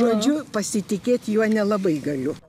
žodžiu pasitikėt juo nelabai galiu